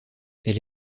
elle